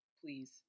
please